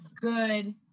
good